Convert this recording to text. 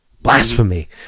blasphemy